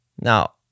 Now